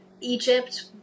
Egypt